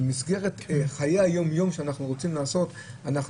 במסגרת חיי היומיום שאנחנו רוצים לעשות אנחנו